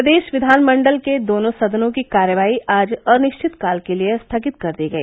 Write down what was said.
प्रदेश विधानमंडल के दोनों सदनों की कार्यवाही आज अनिश्चितकाल के लिये स्थगित कर दी गई